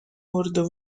world